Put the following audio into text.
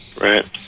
Right